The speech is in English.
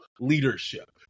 leadership